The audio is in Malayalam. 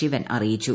ശിവൻ അറിയിച്ചു